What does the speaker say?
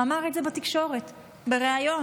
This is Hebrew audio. אמר את זה בתקשורת, בריאיון.